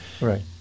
Right